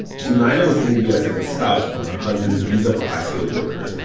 sunayana was in the u s. as a spouse on her husband's visa for high-skilled workers.